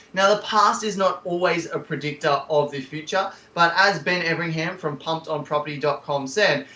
now the past is not always a predictor of the future. but as ben everingham from pumpedonproperty dot com said,